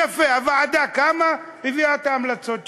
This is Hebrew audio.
יפה, הוועדה קמה, הביאה את ההמלצות שלה.